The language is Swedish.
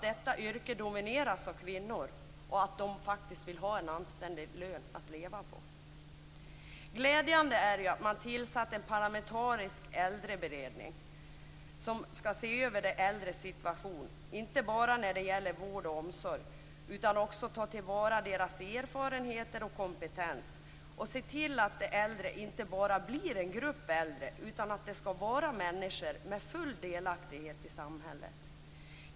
Detta yrke domineras av kvinnor och de vill faktiskt ha en anständig lön att leva på. Glädjande är att man har tillsatt en parlamentarisk äldreberedning som skall se över de äldres situation, inte bara när det gäller vård och omsorg, utan man skall också ta till vara deras erfarenheter och kompetens och se till att de äldre inte bara blir en grupp äldre människor utan människor med full delaktighet i samhället.